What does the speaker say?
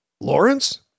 Lawrence